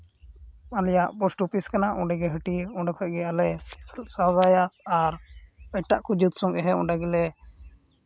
ᱟᱞᱮᱭᱟᱜ post office ᱠᱟᱱᱟ ᱚᱸᱰᱮᱜᱮ ᱦᱟᱹᱴᱤᱭᱟᱹ ᱚᱸᱰᱮ ᱠᱷᱚᱡ ᱜᱮ ᱟᱞᱮ ᱥᱚᱭᱫᱟᱭᱟ ᱟᱨ ᱮᱴᱟᱜ ᱡᱟᱹᱛ ᱥᱟᱞᱟᱜ ᱦᱚᱸ ᱚᱸᱰᱮ ᱜᱮᱞᱮ